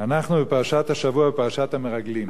אנחנו בפרשת השבוע בפרשת המרגלים.